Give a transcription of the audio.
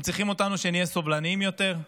הם צריכים אותנו שנהיה סובלניים יותר,